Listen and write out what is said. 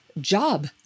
job